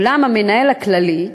ואולם, המנהל הכללי,